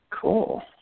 Cool